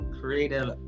creative